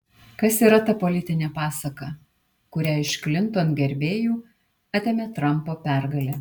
kas yra ta politinė pasaka kurią iš klinton gerbėjų atėmė trampo pergalė